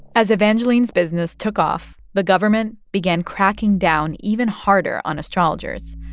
as evangeline's business took off, the government began cracking down even harder on astrologers.